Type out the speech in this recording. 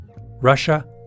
Russia